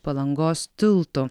palangos tiltu